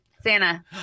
santa